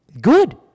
Good